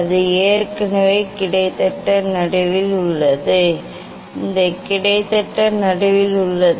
அது ஏற்கனவே கிட்டத்தட்ட நடுவில் உள்ளது இது கிட்டத்தட்ட நடுவில் உள்ளது